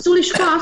אסור לשכוח